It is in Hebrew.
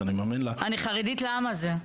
אז אני מאמין לה --- אני חרדית לעם הזה ולמדינה.